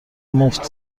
مفت